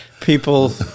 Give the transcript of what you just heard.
people